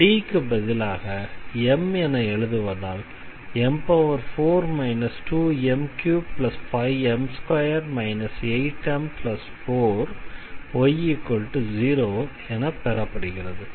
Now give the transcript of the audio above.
இது D க்கு பதிலாக m என எழுதுவதால் m4 2m35m2 8m4y0 என பெறப்படுகிறது